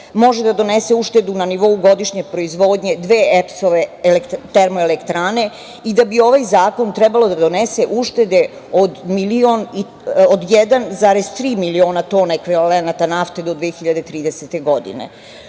može da donese uštedu na nivou godišnje proizvodnje dve EPS-ove termoelektrane i da bi ovaj zakon trebalo da donese uštede od 1,3 miliona tona ekvivalenata nafte do 2030. godine,